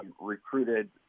recruited